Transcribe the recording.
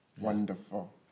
Wonderful